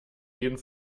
jeden